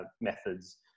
methods